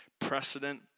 precedent